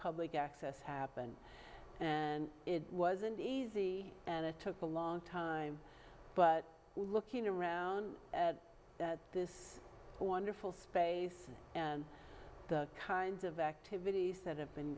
public access happen and it wasn't easy and it took a long time but looking around at this wonderful space and the kinds of activities that have been